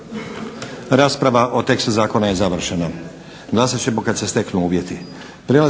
Rasprava o tekstu zakona je završena. Glasat ćemo kad se steknu uvjeti.